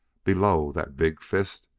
below that big fist,